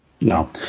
No